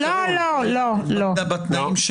אבל אתה לא אומר את האמת.